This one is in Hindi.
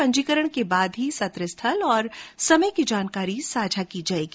पंजीकरण के बाद ही सत्र स्थल और समय की जानकारी साझा की जायेगी